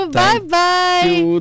bye-bye